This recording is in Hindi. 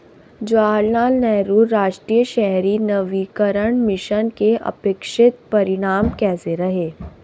जवाहरलाल नेहरू राष्ट्रीय शहरी नवीकरण मिशन के अपेक्षित परिणाम कैसे रहे?